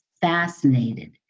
fascinated